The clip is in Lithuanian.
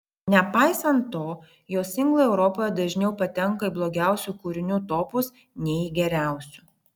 nepaisant to jo singlai europoje dažniau patenka į blogiausių kūrinių topus nei į geriausių